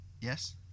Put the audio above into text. yes